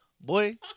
boy